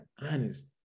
honest